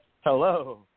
Hello